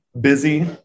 busy